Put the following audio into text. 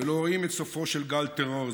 ולא רואים את סופו של גל טרור זה.